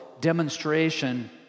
demonstration